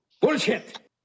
Bullshit